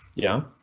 yeah,